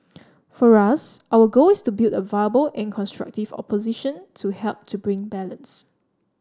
for us our goal is to build a viable and constructive opposition to help to bring balance